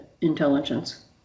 intelligence